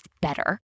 better